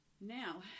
Now